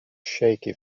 shaky